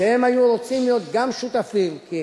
שהם היו רוצים להיות גם שותפים, כי